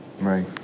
Right